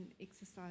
exercise